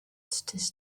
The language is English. this